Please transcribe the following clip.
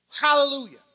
Hallelujah